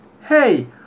Hey